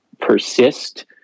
persist